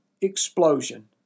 explosion